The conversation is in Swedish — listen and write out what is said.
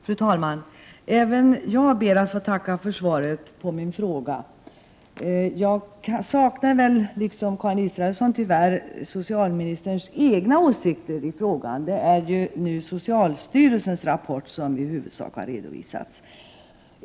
Fru talman! Även jag ber att få tacka för svaret på min fråga. Jag saknar, liksom Karin Israelsson, tyvärr socialministerns egna åsikter. Det är socialstyrelsens rapport som nu i huvudsak har redovisats.